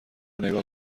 نگاه